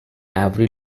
every